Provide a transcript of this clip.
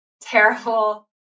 terrible